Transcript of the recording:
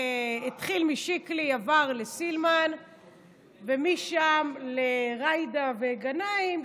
התחיל משיקלי, עובר לסילמן ומשם לג'ידא וגנאים,